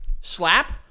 slap